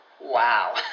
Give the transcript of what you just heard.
Wow